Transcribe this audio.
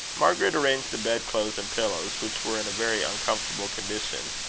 margaret arranged the bedclothes and pillows, which were in a very uncomfortable condition,